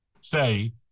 say